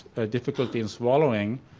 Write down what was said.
a difficulty in swallowing,